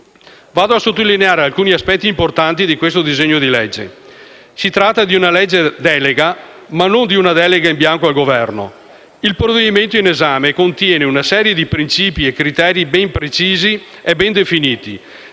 Vado a sottolineare alcuni aspetti importanti di questo disegno di legge. Si tratta di una legge delega, ma non di una delega in bianco al Governo. Il provvedimento in esame contiene una serie di principi e di criteri direttivi precisi e ben definiti,